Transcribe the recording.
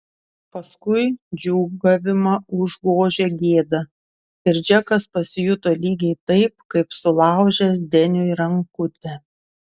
paskui džiūgavimą užgožė gėda ir džekas pasijuto lygiai taip kaip sulaužęs deniui rankutę